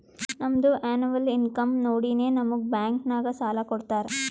ನಮ್ದು ಎನ್ನವಲ್ ಇನ್ಕಮ್ ನೋಡಿನೇ ನಮುಗ್ ಬ್ಯಾಂಕ್ ನಾಗ್ ಸಾಲ ಕೊಡ್ತಾರ